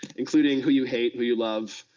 including who you hate, who you love,